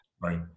Right